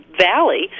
valley